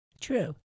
True